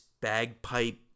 bagpipe